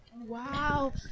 Wow